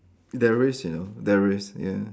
there is you know there is ya